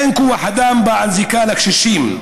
אין כוח אדם בעל זיקה לקשישים,